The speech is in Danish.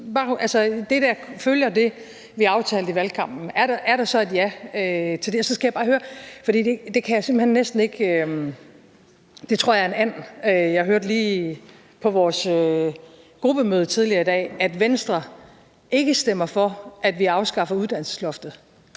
noget, for det kan jeg simpelt hen næsten ikke tro, og jeg tror, det er en and. Jeg hørte lige på vores gruppemøde tidligere i dag, at Venstre ikke stemmer for, at vi afskaffer uddannelsesloftet.